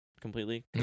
completely